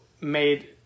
made